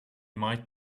might